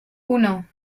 uno